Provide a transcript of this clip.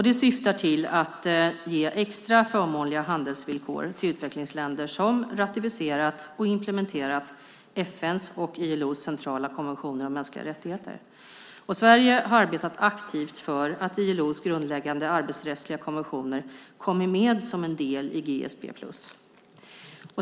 Det syftar till att ge extra förmånliga handelsvillkor till utvecklingsländer som ratificerat och implementerat FN:s och ILO:s centrala konventioner om mänskliga rättigheter. Sverige har arbetat aktivt för att ILO:s grundläggande arbetsrättsliga konventioner kommer med som en del i GSP Plus.